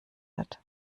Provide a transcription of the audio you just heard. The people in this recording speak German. hat